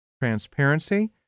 transparency